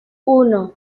uno